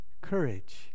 courage